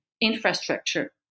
infrastructure